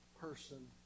person